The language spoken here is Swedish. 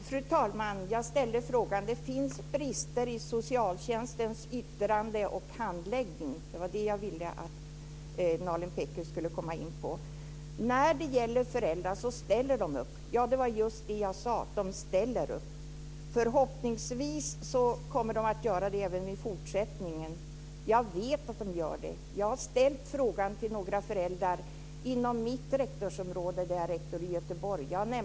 Fru talman! Jag ställde en fråga om brister i socialtjänstens yttranden och handläggning. Det var det jag ville att Nalin Pekgul skulle komma in på. Föräldrar ställer upp. Ja, det var just det jag sade; de ställer upp. Förhoppningsvis kommer de att göra det även i fortsättningen. Jag vet att de gör det. Jag har ställt frågan till några föräldrar inom mitt rektorsområde i Göteborg där jag är rektor.